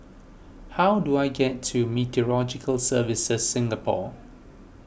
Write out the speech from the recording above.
how do I get to Services Singapore